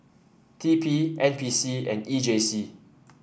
T P N P C and E J C